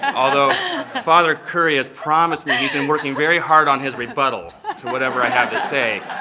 and although father currie has promised me he has been working very hard on his rebuttal to whatever i have to say.